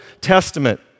Testament